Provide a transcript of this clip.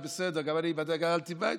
גם אני גדלתי בבית,